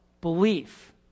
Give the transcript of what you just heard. Belief